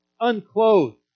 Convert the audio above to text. unclothed